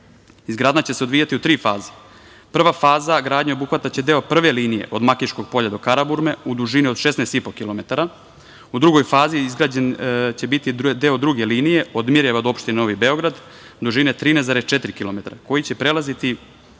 Izgradnja će se odvijati u tri faze. Prva faza, gradnja će obuhvatati deo prve linije od Makiškog polja do Karaburme u dužini od 16,5 kilometara, u drugoj fazi izgrađen će biti deo druge linije od Mirijeva do opštine Novi Beograd, dužine 13,4 kilometara, koji će prelaziti